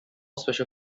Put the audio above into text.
special